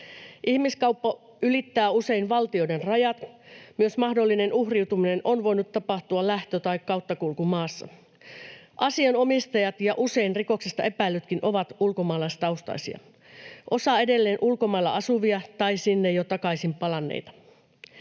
Ihmiskauppa ylittää usein valtioiden rajat. Myös mahdollinen uhriutuminen on voinut tapahtua lähtö- tai kauttakulkumaassa. Asianomistajat ja usein rikoksesta epäillytkin ovat ulkomaalaistaustaisia, osa edelleen ulkomailla asuvia tai sinne jo takaisin palanneita.